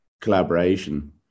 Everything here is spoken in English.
collaboration